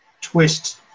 twist